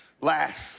last